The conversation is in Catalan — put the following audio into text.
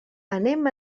anem